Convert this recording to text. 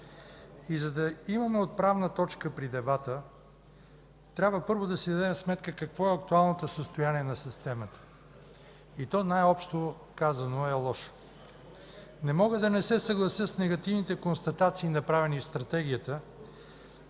За да имаме отправна точка при дебата, трябва първо да си дадем сметка какво е актуалното състояние на системата и то, най-общо казано, е лошо. Не мога да не се съглася с негативните констатации, направени и в Стратегията,